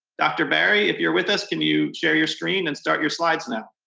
dr. barry, if you're with us, can you share your screen and start your slides now?